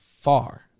far